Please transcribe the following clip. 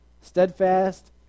Steadfast